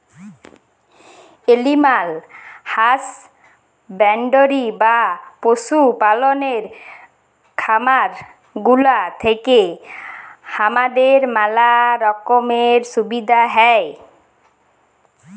animal husbandry বা পশু পাললের খামার গুলা থেক্যে হামাদের ম্যালা রকমের সুবিধা হ্যয়